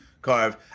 Carve